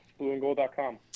blueandgold.com